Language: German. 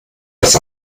das